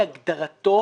כהגדרתו,